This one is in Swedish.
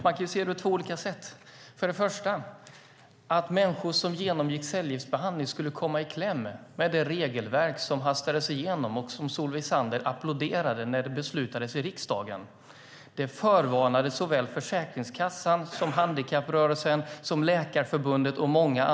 För det första förvarnade såväl Försäkringskassan som handikapprörelsen, Läkarförbundet och många andra i remissomgången om att människor som genomgick cellgiftsbehandling skulle komma i kläm med det regelverk som hastades igenom och som Solveig Zander applåderade när det beslutades i riksdagen, men det struntade man i.